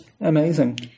amazing